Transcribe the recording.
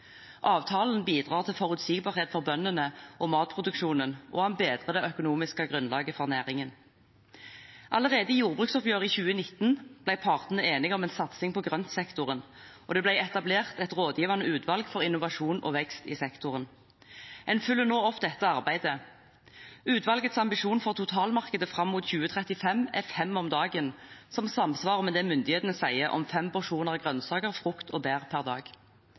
Avtalen bidrar til forutsigbarhet for bøndene og matproduksjonen, og den bedrer det økonomiske grunnlaget for næringen. Allerede i jordbruksoppgjøret i 2019 ble partene enige om en satsing på grøntsektoren, og det ble etablert et rådgivende utvalg for innovasjon og vekst i sektoren. Man følger nå opp dette arbeidet. Utvalgets ambisjon for totalmarkedet fram mot 2035 er fem om dagen, som samsvarer med det myndighetene sier om fem porsjoner grønnsaker, frukt og bær per dag. I dag spiser nordmenn 3,4 porsjoner per dag.